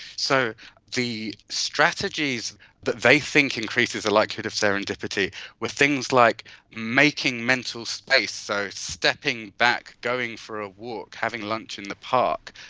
so the strategies that they think increases the likelihood of serendipity were things like making mental space, so stepping back, going for a walk, having lunch in the park,